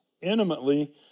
intimately